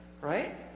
right